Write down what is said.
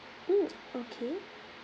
mm okay